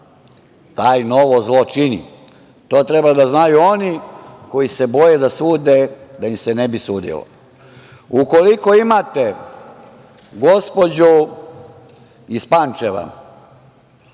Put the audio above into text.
taj novo zlo čini. To treba da znaju oni koji se boje da sude da im se ne bi sudilo. Ukoliko imate gospođu iz Pančeva